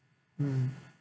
mm